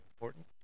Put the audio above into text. important